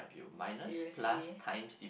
seriously